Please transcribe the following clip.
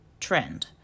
trend